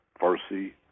Farsi